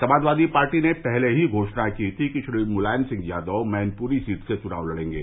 Samajwadi party ने पहले ही घोषणा की थी कि श्री मुलायम सिंह यादव मैनपुरी सीट से चुनाव लड़ेंगे